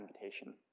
invitation